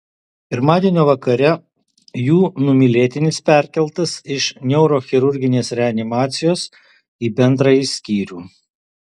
pirmadienio vakare jų numylėtinis perkeltas iš neurochirurginės reanimacijos į bendrąjį skyrių